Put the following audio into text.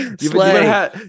slay